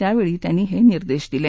त्यावेळी त्यांनी हे निर्देश दिले